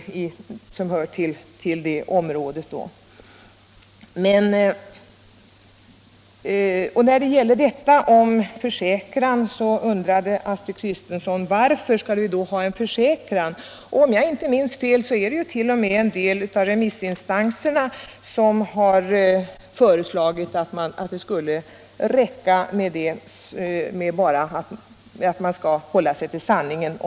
Astrid Kristensson undrade varför vi över huvud taget skall ha en försäkran. Om jag inte minns fel är det t.o.m. en del av remissinstanserna som har föreslagit att det skulle räcka med att man bara försäkrar att man skall hålla sig till sanningen.